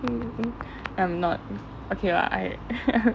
hmm I'm not okay lah I